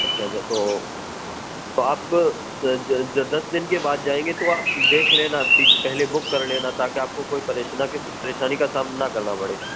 اچھا اچھا تو تو آپ جو دس دن کے بعد جائیں گے تو آپ دیکھ لینا سیٹ پہلے بک کر لینا تاکہ آپ کو کوئی پریشانی کا سامنا نہ کرنا پڑے